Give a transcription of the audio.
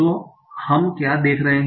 तो हम क्या देख सकते हैं